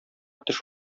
төш